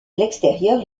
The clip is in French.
l’extérieur